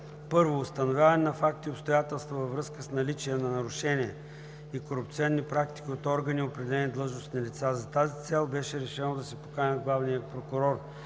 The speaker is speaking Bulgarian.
1. Установяване на факти и обстоятелства във връзка с наличие на нарушения и корупционни практики от органи и определени длъжностни лица. За тази цел беше решено да се поканят главният прокурор